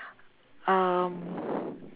um